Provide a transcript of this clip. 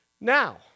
Now